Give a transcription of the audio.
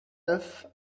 neuf